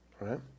right